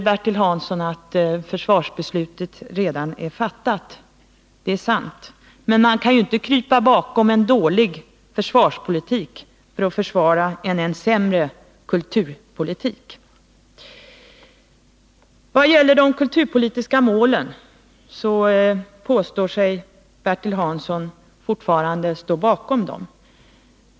Bertil Hansson säger att försvarsbeslutet redan är fattat. Det är sant. Men man kan inte krypa bakom en dålig försvarspolitik för att försvara en än sämre kulturpolitik. Bertil Hansson påstår sig fortfarande stå bakom de kulturpolitiska målen.